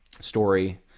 story